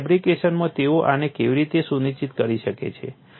તેથી ફેબ્રિકેશનમાં તેઓ આને કેવી રીતે સુનિશ્ચિત કરી શકે છે